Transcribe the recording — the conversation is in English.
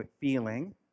feeling